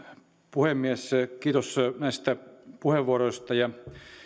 puhemies kiitos näistä puheenvuoroista